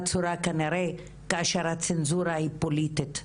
צורה כנראה כאשר הצנזורה היא פוליטית.